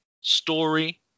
story